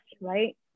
right